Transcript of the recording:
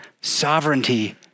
sovereignty